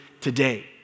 today